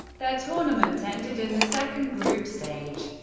their tournament ended in the second group stage,